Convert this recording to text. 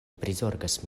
prizorgis